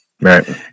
Right